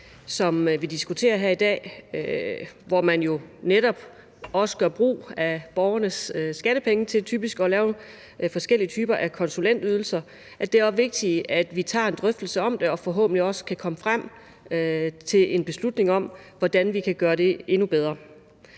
som vi diskuterer her i dag, og som handler om, at man jo netop også gør brug af borgernes skattepenge til typisk at lave forskellige typer af konsulentydelser, også er vigtigt, at vi tager en drøftelse om det og forhåbentlig også kan komme frem til en beslutning om, hvordan vi kan gøre det endnu bedre.